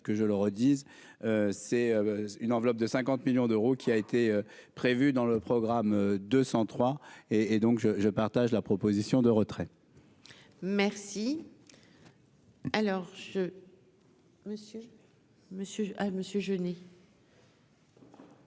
que je le redise c'est une enveloppe de 50 millions d'euros, qui a été prévu dans le programme 203 et et donc je je partage la proposition de retrait. Merci, alors je monsieur,